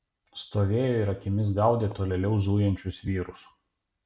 stovėjo ir akimis gaudė tolėliau zujančius vyrus